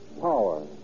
power